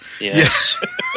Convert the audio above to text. yes